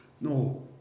No